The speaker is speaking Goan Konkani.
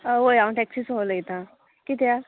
आ वय हांव टॅक्सीसो उलयतां किद्या